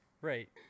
Right